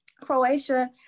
croatia